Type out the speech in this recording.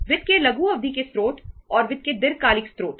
वित्त के लघु अवधि के स्रोत और वित्त के दीर्घकालिक स्रोत